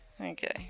Okay